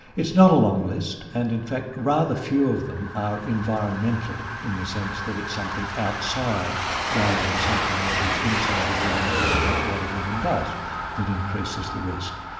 it's not a long list and in fact rather fewer of them are environmental in the sense that it's something outside rather than something that is inside a woman or about what a woman does that increases the risk.